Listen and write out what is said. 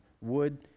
Wood